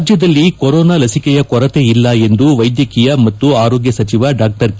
ರಾಜ್ಯದಲ್ಲಿ ಕೊರೋನಾ ಲಸಿಕೆಯ ಕೊರತೆ ಇಲ್ಲ ಎಂದು ವೈದ್ಯಕೀಯ ಮತ್ತು ಆರೋಗ್ಯ ಸಚಿವ ಡಾ ಕೆ